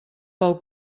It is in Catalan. pel